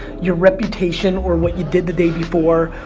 your reputation or what you did the day before,